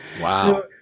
Wow